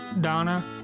Donna